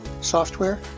software